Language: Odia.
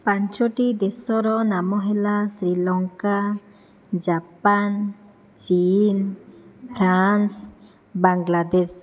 ପାଞ୍ଚଟି ଦେଶର ନାମ ହେଲା ଶ୍ରୀଲଙ୍କା ଜାପାନ ଚୀନ ଫ୍ରାନ୍ସ ବାଙ୍ଗଲାଦେଶ